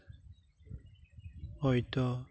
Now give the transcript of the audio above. ᱦᱳᱭᱛᱳ